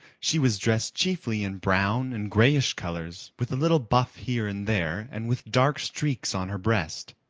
she was dressed chiefly in brown and grayish colors with a little buff here and there and with dark streaks on her breast.